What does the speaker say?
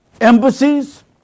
Embassies